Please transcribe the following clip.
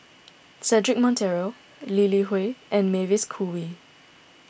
Cedric Monteiro Lee Li Hui and Mavis Khoo Oei